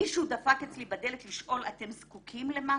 מישהו דפק אצלי בדלת לשאול, אתם זקוקים למשהו?